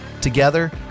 together